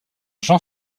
jean